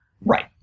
Right